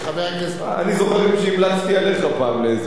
אני זוכר שהמלצתי עליך פעם באיזה,